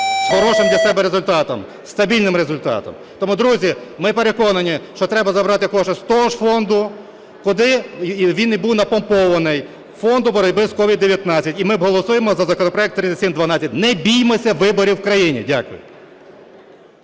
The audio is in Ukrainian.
з хорошим для себе результатом, зі стабільним результатом. Тому, друзі, ми переконані, що треба забрати кошти з того ж фонду куди він і був напомпований – фонду боротьби з COVID-19. І ми голосуємо за законопроект 3712. Не біймося виборів в країні! Дякую.